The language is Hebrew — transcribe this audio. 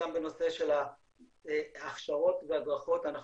גם בנושא של ההכשרות וההדרכות אנחנו